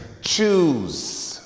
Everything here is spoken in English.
choose